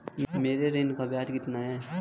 मेरे ऋण का ब्याज कितना है?